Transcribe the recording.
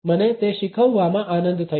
મને તે શીખવવામાં આનંદ થયો